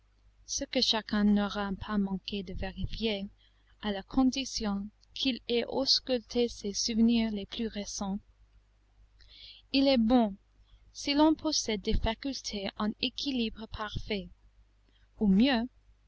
ce que chacun n'aura pas manqué de vérifier à la condition qu'il ait ausculté ses souvenirs les plus récents il est bon si l'on possède des facultés en équilibre parfait ou mieux